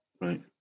Right